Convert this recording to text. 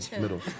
middle